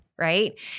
Right